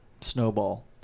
snowball